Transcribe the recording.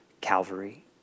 Calvary